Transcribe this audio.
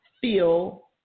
feel